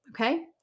okay